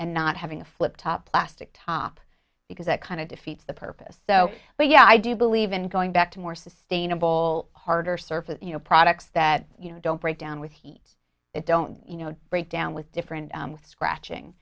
and not having a flip top plastic top because it kind of defeats the purpose so but yeah i do believe in going back to more sustainable harder surface you know products that you know don't break down with heat it don't you know break down with different scratching